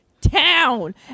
town